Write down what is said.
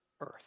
earth